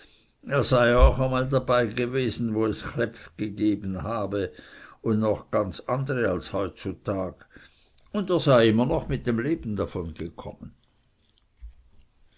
er sei auch manchmal dabeigewesen wo es kläpf gegeben habe und noch ganz andere als heutzutag und er sei doch immer mit dem leben